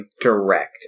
direct